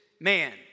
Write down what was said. man